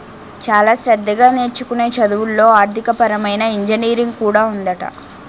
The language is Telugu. చాలా శ్రద్ధగా నేర్చుకునే చదువుల్లో ఆర్థికపరమైన ఇంజనీరింగ్ కూడా ఉందట